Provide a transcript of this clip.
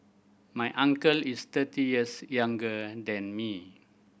my uncle is thirty years younger than me